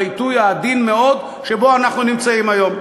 בעיתוי העדין מאוד שבו אנחנו נמצאים היום.